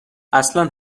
اصلن